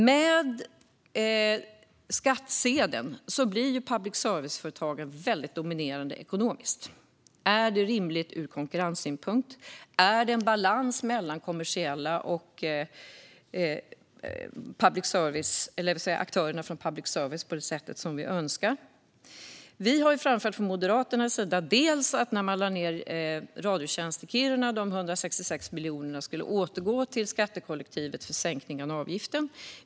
Med finansiering via skattsedeln blir public service-företagen väldigt dominerande ekonomiskt. Är det rimligt ur konkurrenssynpunkt? Finns det balans mellan de kommersiella aktörerna och public service-företagen på det sätt vi önskar? Från Moderaternas sida har vi framhållit att när man lade ned Radiotjänst i Kiruna skulle de 166 miljonerna återgå till skattekollektivet för att sänka avgiften.